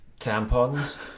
tampons